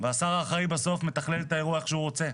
והשר האחראי בסוף מתכלל את האירוע איך שהוא רוצה.